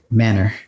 manner